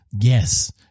yes